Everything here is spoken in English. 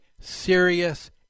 serious